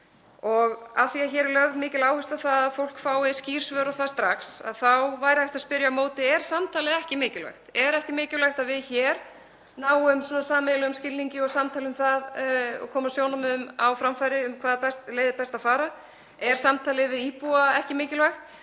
enn þá útfærð. Hér er lögð mikil áhersla á það að fólk fái skýr svör og það strax en þá væri hægt að spyrja á móti: Er samtalið ekki mikilvægt? Er ekki mikilvægt að við hér náum sameiginlegum skilningi og samtali um það og komum sjónarmiðum á framfæri um hvaða leið er best að fara? Er samtalið við íbúa ekki mikilvægt?